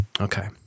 Okay